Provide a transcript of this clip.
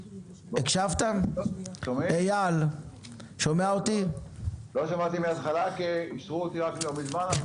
לא שמעתי מהתחלה, אישרו אותי לא מזמן.